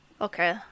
okay